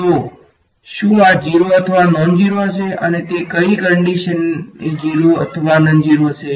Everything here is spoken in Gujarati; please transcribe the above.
તો શું આ 0 અથવા નોન ઝેરો હશે અને તે કઈ કંડીશને 0 અથવા નોનઝેરો હશે